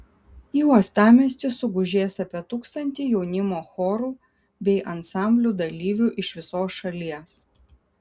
į uostamiestį sugužės apie tūkstantį jaunimo chorų bei ansamblių dalyvių iš visos šalies